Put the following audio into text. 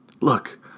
Look